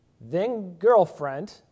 then-girlfriend